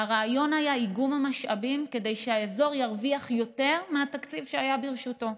והרעיון היה איגום המשאבים כדי שהאזור ירוויח יותר מהתקציב שהיה ברשותו.